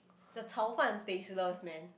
the 炒饭 tasteless man